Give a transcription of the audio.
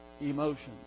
emotions